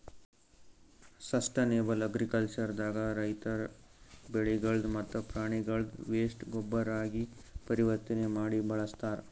sustainable agriculture ದಾಗ ರೈತರ್ ಬೆಳಿಗಳ್ದ್ ಮತ್ತ್ ಪ್ರಾಣಿಗಳ್ದ್ ವೇಸ್ಟ್ ಗೊಬ್ಬರಾಗಿ ಪರಿವರ್ತನೆ ಮಾಡಿ ಬಳಸ್ತಾರ್